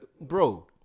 bro